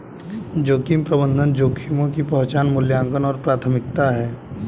जोखिम प्रबंधन जोखिमों की पहचान मूल्यांकन और प्राथमिकता है